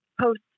post